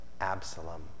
Absalom